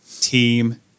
team